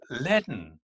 leaden